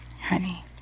honey